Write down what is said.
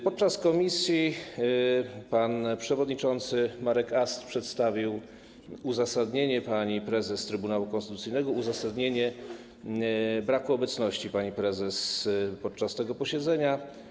Podczas posiedzenia komisji pan przewodniczący Marek Ast przedstawił uzasadnienie pani prezes Trybunału Konstytucyjnego, uzasadnienie braku obecności pani prezes podczas tego posiedzenia.